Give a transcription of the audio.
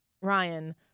Ryan